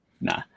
nah